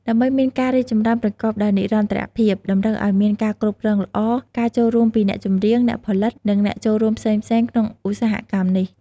ដើម្បីមានការរីកចម្រើនប្រកបដោយនិរន្តរភាព តម្រូវឲ្យមានការគ្រប់គ្រងល្អ ការចូលរួមពីអ្នកចម្រៀង អ្នកផលិត និងអ្នកចូលរួមផ្សេងៗក្នុងឧស្សាហកម្មនេះ។